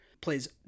Plays